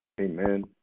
Amen